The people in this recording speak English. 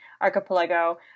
archipelago